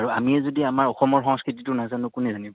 আৰু আমিয়ে যদি আমাৰ অসমৰ সংস্কৃতিটো নাজানো কোনে জানিব